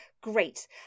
Great